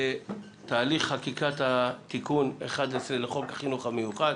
בתהליך חקיקת תיקון 11 לחוק החינוך המיוחד,